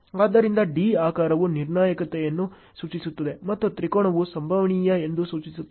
ಆದ್ದರಿಂದ D ಆಕಾರವು ನಿರ್ಣಾಯಕತೆಯನ್ನು ಸೂಚಿಸುತ್ತದೆ ಮತ್ತು ತ್ರಿಕೋನವು ಸಂಭವನೀಯ ಎಂದು ಸೂಚಿಸುತ್ತದೆ